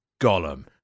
Gollum